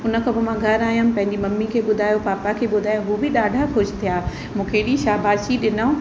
हुन खां पोइ घरु आयमि पंहिंजी मम्मी खे ॿुधायो पापा खे ॿुधायो हू बि ॾाढा ख़ुशि थिया मूंखे हेॾी शाबासी ॾिनऊं